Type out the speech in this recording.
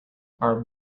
our